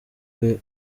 rwe